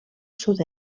sud